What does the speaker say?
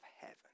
heaven